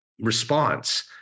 response